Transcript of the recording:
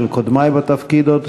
של קודמי בתפקיד עוד,